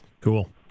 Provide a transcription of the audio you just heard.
Cool